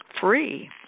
free